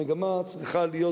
המגמה צריכה להיות,